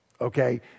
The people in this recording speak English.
Okay